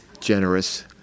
generous